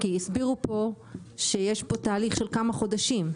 כי הסבירו פה שיש פה תהליך של כמה חודשים,